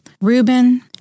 Reuben